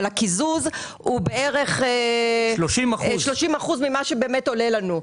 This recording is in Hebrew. אבל הקיזוז הוא בערך 30% ממה שבאמת עולה לנו.